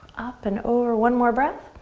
up and over, one more breath.